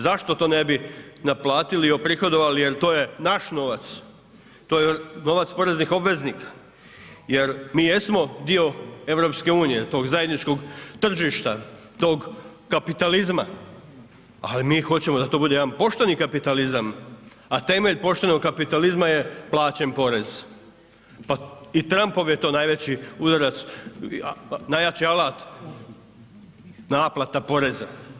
Zašto to ne bi naplatili i uprihodovali jer to je naš novac, to je novac poreznih obveznika jer mi jesmo dio EU, tog zajedničkog tržišta, tog kapitalizma, ali mi hoćemo da to bude jedan pošteni kapitalizam, a temelj poštenog kapitalizma je plaćen porez i Trumpov je to najveći udarac, najjači alat, naplata poreza.